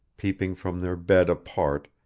peeping from their bed apart,